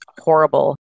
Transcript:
horrible